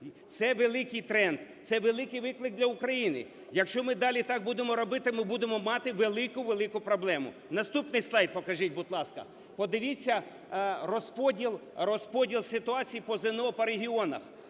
Це великий тренд, це великий виклик для України. Якщо ми далі так будемо робити, ми будемо мати велику-велику проблему. Наступний слайд покажіть, будь ласка. Подивіться розподіл ситуацій по ЗНО по регіонах.